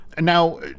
Now